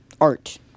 Art